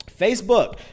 Facebook